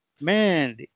Man